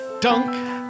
dunk